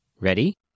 Ready